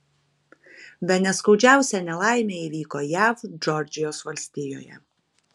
bene skaudžiausia nelaimė įvyko jav džordžijos valstijoje